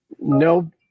no